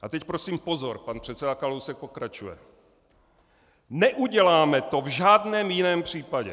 A teď prosím pozor, pan předseda Kalousek pokračuje: Neuděláme to v žádném jiném případě.